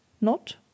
Not